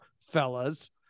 Fellas